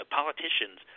politicians